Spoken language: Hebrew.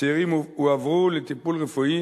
הצעירים הועברו לטיפול רפואי